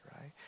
right